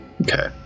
Okay